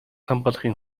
хамгаалахын